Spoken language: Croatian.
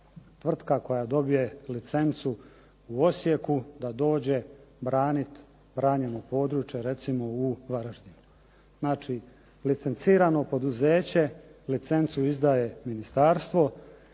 tvrtka koja dobije licencu u Osijeku da dođe braniti ranjeno područje recimo u Varaždinu. Znači, licencirano poduzeće licencu izdaje ministarstvo